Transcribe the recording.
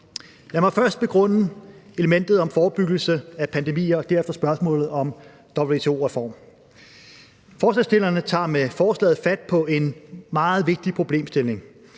Lad mig først begrunde elementet om forebyggelse af pandemier og derefter spørgsmålet om en WTO-reform. Forslagsstillerne tager med forslaget fat på en meget vigtig problemstilling.